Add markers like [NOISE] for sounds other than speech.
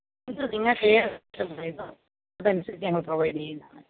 നിങ്ങൾ നിങ്ങൾ [UNINTELLIGIBLE] പറയുക അതനുസരിച്ച് ഞങ്ങൾ പ്രൊവൈഡ് ചെയ്യുന്നതാണ്